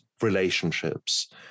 relationships